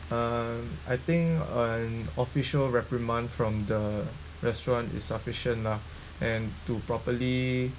um I think an official reprimand from the restaurant is sufficient lah and to properly